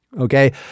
okay